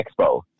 Expo